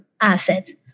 assets